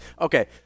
Okay